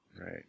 Right